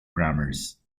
grammars